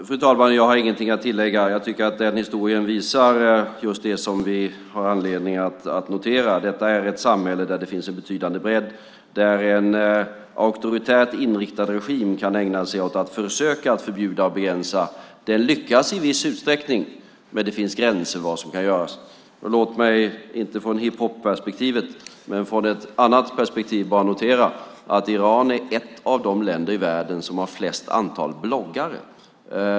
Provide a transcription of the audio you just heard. Fru talman! Jag har ingenting att tillägga. Jag tycker att den historien visar just det som vi har anledning att notera: Detta är ett samhälle där det finns en betydande bredd, där en auktoritärt inriktad regim kan ägna sig åt att försöka förbjuda och begränsa. Den lyckas i viss utsträckning, men det finns gränser för vad som kan göras. Låt mig inte från hiphopperspektivet men från ett annat perspektiv bara notera att Iran är ett av de länder i världen som har störst antal bloggare.